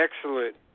excellent